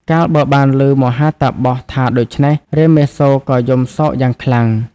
កាលបើបានឮមហាតាបសថាដូច្នេះ រាមាសូរក៏យំសោកយ៉ាងខ្លាំង។